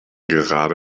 gerade